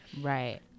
Right